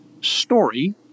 story